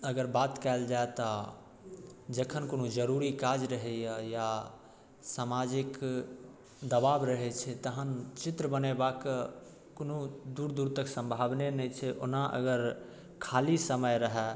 अगर बात कयल जाए तऽ जखन कोनो जरुरी काज रहैया या समाजिक दबाव रहैत छै तहन चित्र बनयबाक कोनो दूर दूर तक संभावने नहि छै ओना अगर खाली समय रहय